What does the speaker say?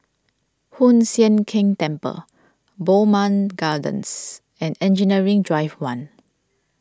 Hoon Sian Keng Temple Bowmont Gardens and Engineering Drive one